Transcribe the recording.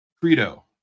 Credo